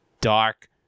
dark